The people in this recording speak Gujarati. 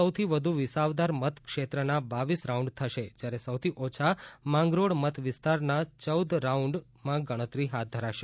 સૌથી વધુ વિસાવદર મતક્ષેત્ર ના બાવીસ રાઉન્ડ થશે જ્યારે સૌથી ઓછા માંગરોળ મત વિસ્તાર ના ચૌદ રાઉન્ડમાં ગણતરી હાથ ધરાશે